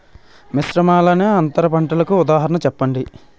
మిశ్రమ అలానే అంతర పంటలకు ఉదాహరణ చెప్పండి?